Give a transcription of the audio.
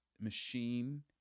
machine